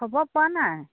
ক'ব পৰা নাই